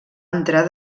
entrar